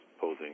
posing